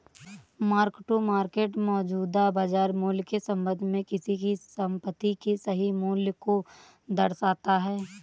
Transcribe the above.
mark to market मौजूदा बाजार मूल्य के संबंध में किसी संपत्ति के सही मूल्य को दर्शाता है